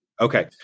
Okay